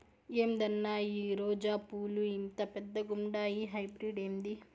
ఏందన్నా ఈ రోజా పూలు ఇంత పెద్దగుండాయి హైబ్రిడ్ ఏంది